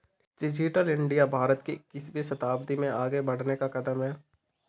digital India Bharat को इक्कीसवें शताब्दी में आगे बढ़ने का कदम है